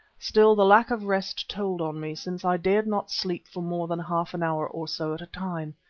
still the lack of rest told on me, since i dared not sleep for more than half an hour or so at a time.